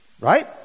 right